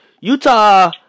Utah